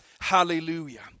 Hallelujah